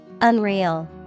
Unreal